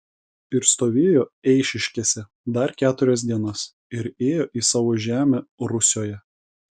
ir stovėjo eišiškėse dar keturias dienas ir ėjo į savo žemę rusioje